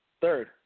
Third